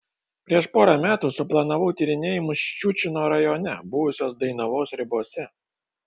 prieš porą metų suplanavau tyrinėjimus ščiučino rajone buvusios dainavos ribose